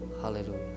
Hallelujah